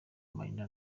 marina